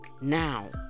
Now